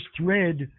thread